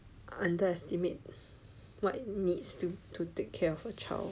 or they underestimate what needs to to take care of a child